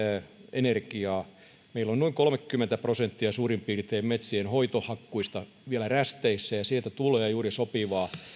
energiaa meillä on noin kolmekymmentä prosenttia suurin piirtein metsien hoitohakkuista vielä rästeissä ja sieltä tulee juuri sopivaa